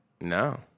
No